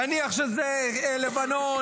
נניח שזה לבנון,